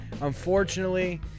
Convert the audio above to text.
Unfortunately